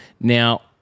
now